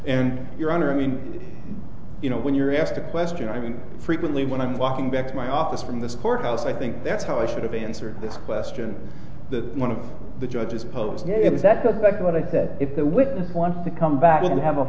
and your honor i mean you know when you're asked a question i mean frequently when i'm walking back to my office from this courthouse i think that's how i should have answered the question that one of the judges posed if that goes back to what i said if the witness wants to come i would have a